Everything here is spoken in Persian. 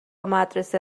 مدرسه